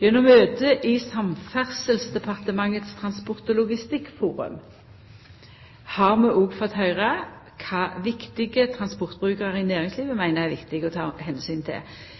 Gjennom møte i Samferdselsdepartementets transport- og logistikkforum har vi òg fått høyra kva viktige transportbrukarar i næringslivet meiner er viktig å ta omsyn til